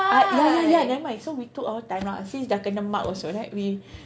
uh ya ya ya nevermind so we took our time lah since dah kena marked also right we